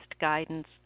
guidance